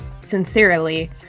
sincerely